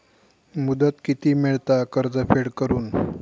मुदत किती मेळता कर्ज फेड करून?